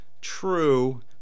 True